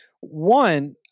One